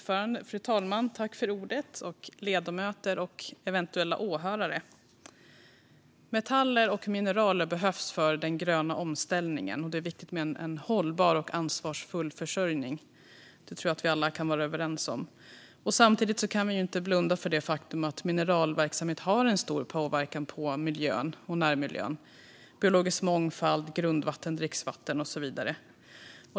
Fru talman, ledamöter och eventuella åhörare! Metaller och mineral behövs för den gröna omställningen, och det är viktigt med en hållbar och ansvarsfull försörjning. Det tror jag att vi alla kan vara överens om. Samtidigt kan vi inte blunda för det faktum att mineralverksamhet har en stor påverkan på miljön och närmiljön, biologisk mångfald, grundvatten, dricksvatten och så vidare.